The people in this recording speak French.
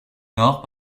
nord